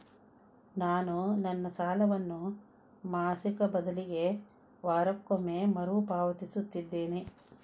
ನಾನು ನನ್ನ ಸಾಲವನ್ನು ಮಾಸಿಕ ಬದಲಿಗೆ ವಾರಕ್ಕೊಮ್ಮೆ ಮರುಪಾವತಿಸುತ್ತಿದ್ದೇನೆ